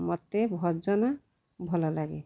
ମୋତେ ଭଜନ ଭଲ ଲାଗେ